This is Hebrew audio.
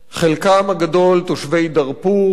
חלקם הגדול תושבי דארפור,